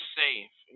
safe